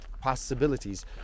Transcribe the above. possibilities